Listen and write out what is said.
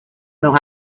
know